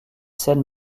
scènes